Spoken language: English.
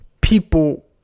people